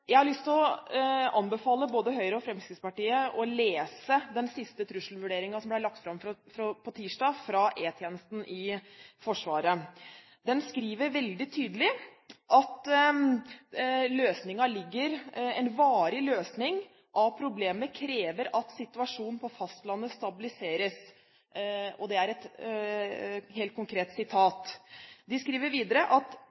Jeg har lyst til å anbefale både Høyre og Fremskrittspartiet å lese den siste trusselvurderingen som ble lagt fram på tirsdag fra E-tjenesten i Forsvaret. De skriver veldig tydelig: «En varig løsning av problemet krever at situasjonen på fastlandet stabiliseres.» Og